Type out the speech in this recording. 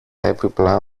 έπιπλα